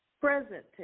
Present